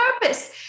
purpose